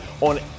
on